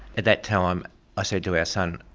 at that time i said to our son,